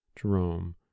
Jerome